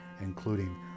including